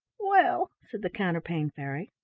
well, said the counterpane fairy,